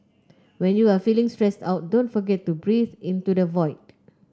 when you are feeling stressed out don't forget to breathe into the void